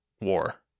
war